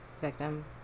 victim